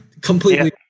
Completely